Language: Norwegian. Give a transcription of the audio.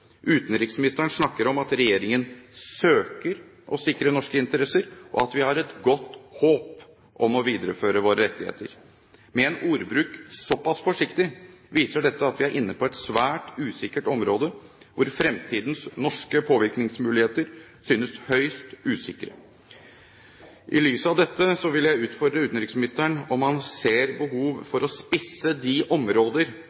Utenriksministeren snakker om at regjeringen «har søkt» å sikre norske interesser, og at vi har et «godt håp» om å videreføre våre rettigheter. En ordbruk som er såpass forsiktig, viser at vi er inne på et svært usikkert område, hvor fremtidens norske påvirkningsmuligheter synes høyst usikre. I lys av dette vil jeg utfordre utenriksministeren på om han ser behov